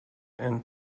and